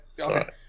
Okay